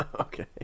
okay